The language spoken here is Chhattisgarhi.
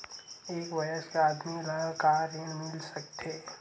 एक वयस्क आदमी ला का ऋण मिल सकथे?